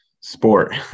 sport